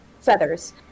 feathers